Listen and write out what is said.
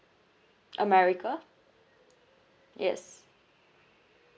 america yes